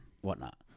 whatnot